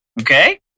Okay